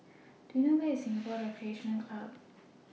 Do YOU know Where IS Singapore Recreation Club